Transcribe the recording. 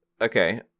Okay